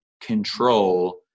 control